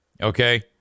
Okay